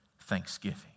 thanksgiving